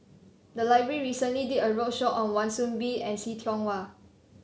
the library recently did a roadshow on Wan Soon Bee and See Tiong Wah